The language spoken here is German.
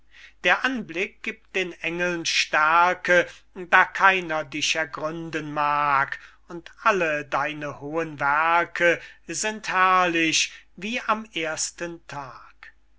der anblick giebt den engeln stärke da keiner dich ergründen mag und alle deine hohen werke sind herrlich wie am ersten tag